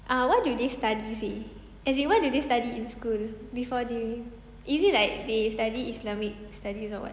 ah what do they study seh as in what do they study in school before they is it like they study islamic studies or what